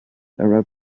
arab